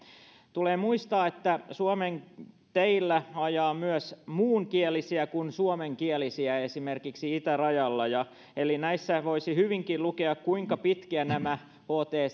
tulee muistaa että suomen teillä ajaa myös muunkielisiä kuin suomenkielisiä esimerkiksi itärajalla eli näissä voisi hyvinkin lukea kuinka pitkiä nämä hct